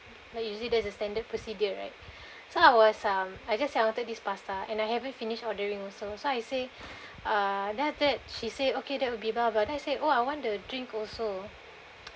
ya usually there's a standard procedure right so I was uh I guess I wanted this pasta and I haven't finish ordering also so I said uh then after that she say okay that would be blah blah then I said oh I want the drink also